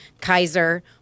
Kaiser